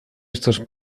estos